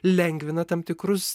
lengvina tam tikrus